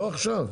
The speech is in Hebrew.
לא עכשיו.